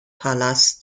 palas